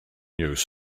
use